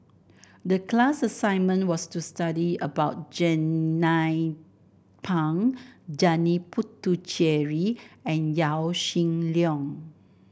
the class assignment was to study about Jernnine Pang Janil Puthucheary and Yaw Shin Leong